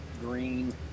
green